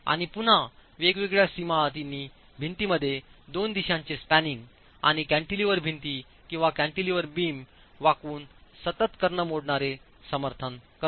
आणि पुन्हा वेगवेगळ्या सीमा अटींनी भिंतीमध्ये 2 दिशांचे स्पॅनिंग आणि कॅन्टिलिव्हर भिंती किंवा कॅन्टिलिव्हर बीम वाकवून सतत कर्ण मोडणारे समर्थन करते